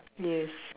yes